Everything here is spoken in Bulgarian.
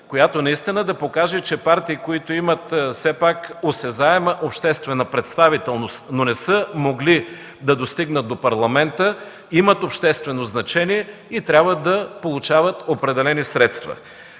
която наистина да покаже, че партии, които имат все пак осезаема обществена представителност, но не са могли да достигнат до Парламента, имат обществено значение и трябва да получават определени средства.